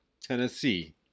Tennessee